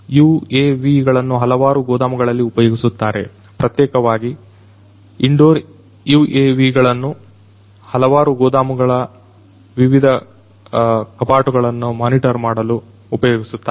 UAV ಗಳನ್ನು ಹಲವಾರು ಗೋದಾಮುಗಳಲ್ಲಿ ಉಪಯೋಗಿಸುತ್ತಾರೆ ಪ್ರತ್ಯೇಕವಾಗಿ ಇಂಡೋರ್ UAV ಗಳನ್ನು ಹಲವಾರು ಗೋದಾಮುಗಳ ವಿವಿಧ ಕಪಾಟುಗಳನ್ನು ಮಾನಿಟರ್ ಮಾಡಲು ಉಪಯೋಗಿಸುತ್ತಾರೆ